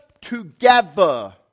together